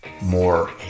more